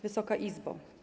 Wysoka Izbo!